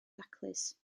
daclus